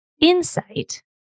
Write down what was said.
insight